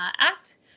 act